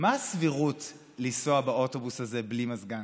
מה הסבירות לנסוע באוטובוס הזה בלי מזגן?